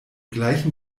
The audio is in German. gleichen